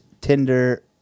Tinder